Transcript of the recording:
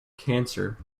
cancer